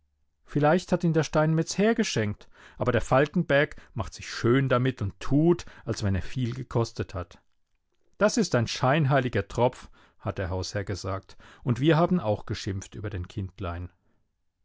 vielleicht hat ihn der steinmetz hergeschenkt aber der falkenberg macht sich schön damit und tut als wenn er viel gekostet hat das ist ein scheinheiliger tropf hat der hausherr gesagt und wir haben auch geschimpft über den kindlein